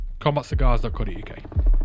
CombatCigars.co.uk